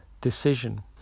decision